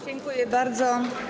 Dziękuję bardzo.